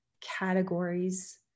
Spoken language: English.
categories